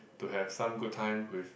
to have some good time with